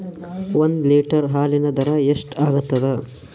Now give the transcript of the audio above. ಒಂದ್ ಲೀಟರ್ ಹಾಲಿನ ದರ ಎಷ್ಟ್ ಆಗತದ?